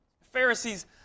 Pharisees